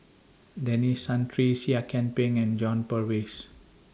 Denis Santry Seah Kian Peng and John Purvis